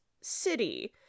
city